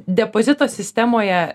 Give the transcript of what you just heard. depozito sistemoje